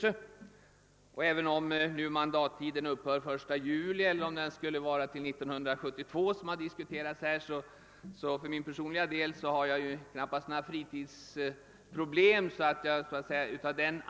Det förhållandet att min mandattid kan utgå den 1 juli eller möjligen kan vara till 1972 innebär inte att jag får några fritidsproblem; det är alltså inte av den anledningen som jag tar till orda.